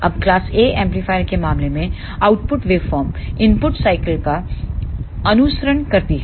अब class A amplifier के मामले में आउटपुट वेवफार्म इनपुट साइकिल का अनुसरण करती है